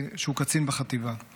שהוא קצין בחטיבה.